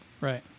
right